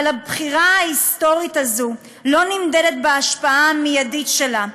אבל הבחירה ההיסטורית הזאת לא נמדדת בהשפעה המיידית שלה.